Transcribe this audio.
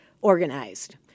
organized